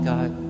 God